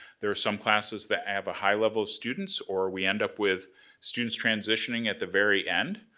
there are some classes that have a high level of students or we end up with students transitioning at the very end,